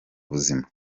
ubuzima